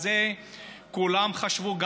על זה כולם חשבו,